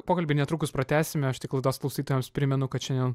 pokalbį netrukus pratęsime aš tik laidos klausytojams primenu kad šiandien